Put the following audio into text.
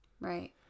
Right